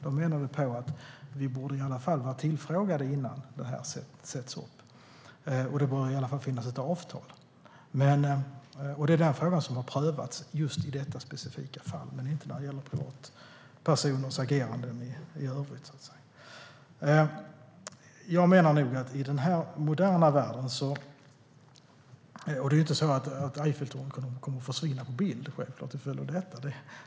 De menade på att de i varje fall borde vara tillfrågade innan det sätts upp, och det bör i varje fall finnas ett avtal. Det är den frågan som har prövats just i detta specifika fall men inte privatpersoners agerande i övrigt. Det är ju inte så att Eiffeltornet kommer att försvinna på bild till följd av detta.